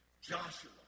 Joshua